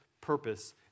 purpose